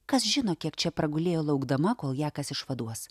kas žino kiek čia pragulėjo laukdama kol ją kas išvaduos